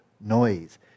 noise